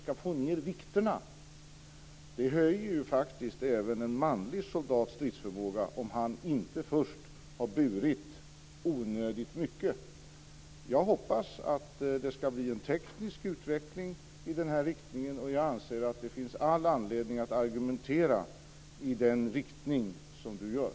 Det höjer ju faktiskt även en manlig soldats stridsförmåga om han inte först har burit onödigt mycket. Jag hoppas att det ska bli en teknisk utveckling i den här riktningen, och jag anser att det finns all anledning att argumentera i den riktning som Inger